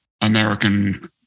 American